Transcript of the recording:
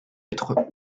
être